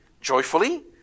joyfully